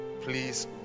Please